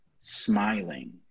smiling